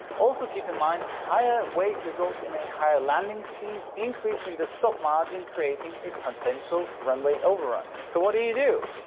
also keep in mind, a higher weight results in a higher landing speed, increasing the stop margin, creating a potential runway overrun, so what do you do?